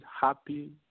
happy